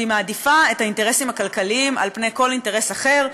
והיא מעדיפה את האינטרסים הכלכליים על פני כל אינטרס אחר,